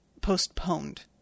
postponed